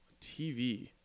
TV